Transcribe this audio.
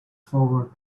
forward